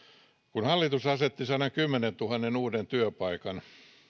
kun hallitus asetti tavoitteeksi sadankymmenentuhannen uuden työpaikan